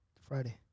Friday